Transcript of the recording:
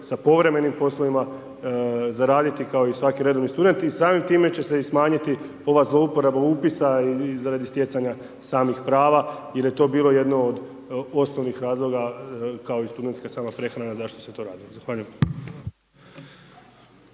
sa povremenim poslovima zaraditi kao i svaki redovni studenti i samim time će i smanjiti ova zlouporaba upisa radi stjecanja samih prava jer je to bilo jedno od osnovnih razloga kao i studentska sama prehrana zašto se to radilo. Zahvaljujem.